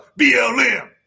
BLM